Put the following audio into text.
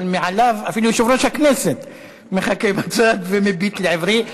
אבל מעליו אפילו יושב-ראש הכנסת מחכה בצד ומביט לעברי.